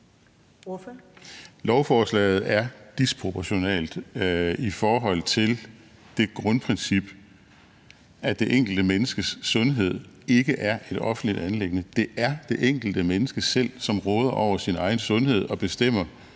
Lovforslaget er disproportionalt i forhold til det grundprincip, at det enkelte menneskes sundhed ikke er et offentligt anliggende. Det er det enkelte menneske selv, som råder over sin egen sundhed og bestemmer,